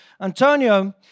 Antonio